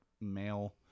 male